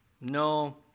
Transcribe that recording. No